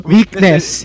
Weakness